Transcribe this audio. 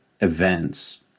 events